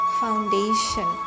foundation